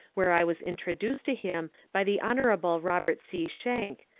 where i was introduced to him by the hon. robert c. schenck,